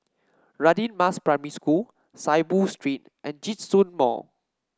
Radin Mas Primary School Saiboo Street and Djitsun Mall